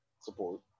Support